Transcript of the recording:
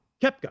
Kepka